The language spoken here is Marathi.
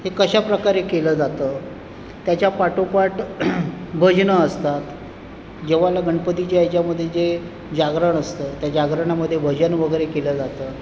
हे कशा प्रकारे केलं जातं त्याच्या पाठोपाठ भजनं असतात जेव्हा गणपतीच्या याच्यामध्ये जे जागरण असतं त्या जागरणामध्ये भजन वगैरे केलं जातं